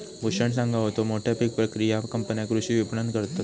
भूषण सांगा होतो, मोठ्या पीक प्रक्रिया कंपन्या कृषी विपणन करतत